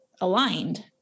aligned